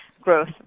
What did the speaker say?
growth